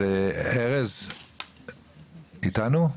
ארז איתנו?